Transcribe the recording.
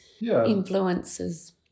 influences